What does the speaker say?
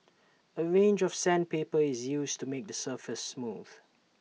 A range of sandpaper is used to make the surface smooth